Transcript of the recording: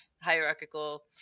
hierarchical